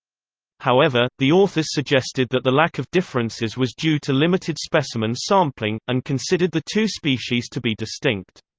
however, the authors suggested that the lack of differences was due to limited specimen sampling, and considered the two species to be distinct.